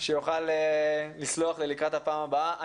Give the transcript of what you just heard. שיוכל לסלוח לי לקראת הפעם הבאה.